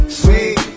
sweet